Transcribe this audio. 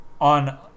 on